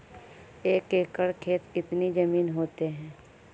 एक एकड़ खेत कितनी जमीन होते हैं?